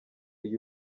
iyo